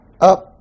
Up